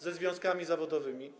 ze związkami zawodowymi.